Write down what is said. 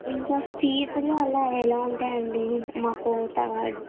ఇంకా సిఎస్సిలో అలా ఎలా ఉంటాయండి మాకు థర్డ్